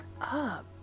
up